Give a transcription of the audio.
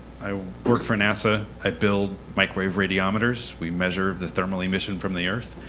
i work for nasa. i build microwave radiometers. we measure the thermal emission from the earth,